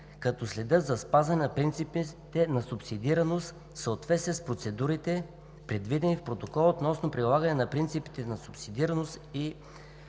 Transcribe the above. като следят за спазването на принципа на субсидиарност в съответствие с процедурите, предвидени в Протокола относно прилагането на принципите на субсидиарност и